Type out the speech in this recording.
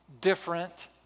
different